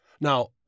Now